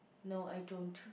no I don't